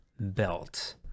belt